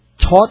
taught